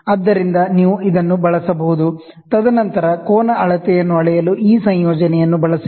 ಆದ್ದರಿಂದ ನೀವು ಇದನ್ನು ಬಳಸಬಹುದು ತದನಂತರ ಕೋನ ಅಳತೆಯನ್ನು ಅಳೆಯಲು ಈ ಸಂಯೋಜನೆಯನ್ನು ಬಳಸಿ